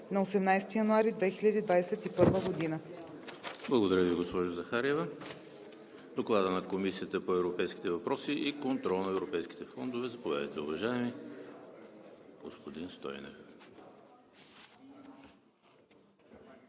ПРЕДСЕДАТЕЛ ЕМИЛ ХРИСТОВ: Благодаря Ви, госпожо Захариева. Доклад на Комисията по европейските въпроси и контрол на европейските фондове. Заповядайте, уважаеми господин Стойнев.